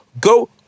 go